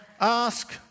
ask